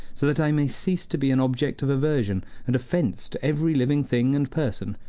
so that i may cease to be an object of aversion and offense to every living thing and person,